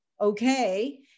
okay